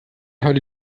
heute